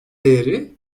değeri